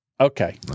okay